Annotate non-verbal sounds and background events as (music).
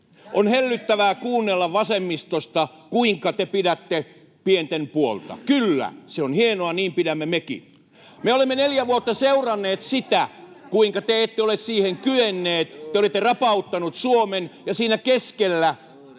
On hellyttävää kuunnella vasemmistosta, kuinka te pidätte pienten puolta. Kyllä, se on hienoa, niin pidämme mekin. (noise) Me olemme neljä vuotta seuranneet sitä, kuinka te ette ole siihen kyenneet. Te olette rapauttaneet Suomen. Ja te siinä keskellä: